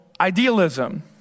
idealism